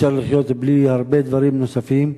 אפשר לחיות בלי הרבה דברים נוספים.